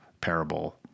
parable